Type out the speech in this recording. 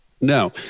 No